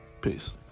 Peace